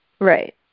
Right